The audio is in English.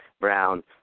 Brown